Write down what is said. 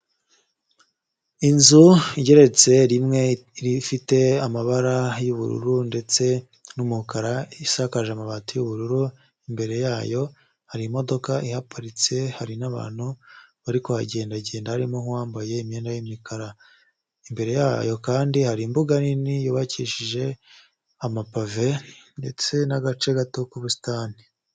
Inzu igeretse rimwe ifite amabara y'ubururu ndetse n'umukara isakaje amabati'ubururu imbere yayo harimo ihaparitse hari n'abantu bari kuhagendagenda harimo nk'uwambaye imyenda y'imikara imbere yayo kandi hari imbuga nini yubakishije amapave ndetse n'agace gato k'ubusitani.